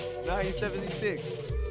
1976